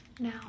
Now